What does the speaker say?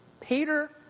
Peter